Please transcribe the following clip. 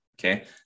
okay